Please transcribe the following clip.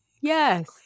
yes